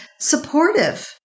supportive